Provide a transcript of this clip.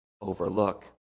overlook